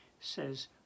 says